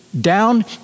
down